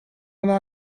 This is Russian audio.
она